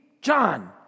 John